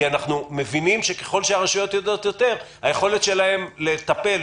אנחנו מבינים שככל שהרשויות יודעות יותר היכולת שלהן לטפל,